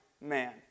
man